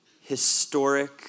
historic